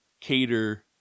cater